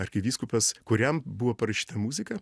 arkivyskupas kuriam buvo parašyta muzika